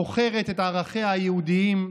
מוכרת את ערכיה היהודיים.